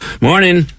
Morning